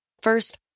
First